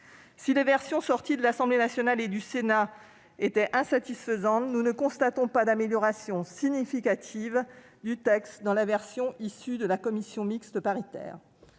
Les versions issues de l'Assemblée nationale et du Sénat étaient insatisfaisantes et nous ne constatons pas d'amélioration significative du texte dans la rédaction de la commission mixte paritaire.